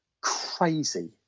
crazy